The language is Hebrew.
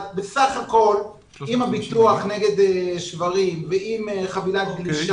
בסך הכול עם הביטוח נגד שברים ועם חבילת גלישה,